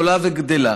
עולה וגדלה,